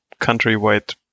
countrywide